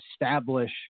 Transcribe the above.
establish